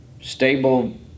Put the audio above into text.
stable